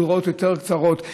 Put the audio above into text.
זרועות יותר קצרות,